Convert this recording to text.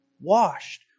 washed